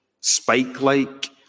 spike-like